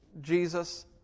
Jesus